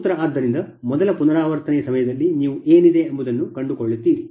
ಆದ್ದರಿಂದ ಮೊದಲ ಪುನರಾವರ್ತನೆಯ ಸಮಯದಲ್ಲಿ ನೀವು ಏನಿದೆ ಎಂಬುದನ್ನು ಕಂಡುಕೊಳ್ಳುತ್ತೀರಿ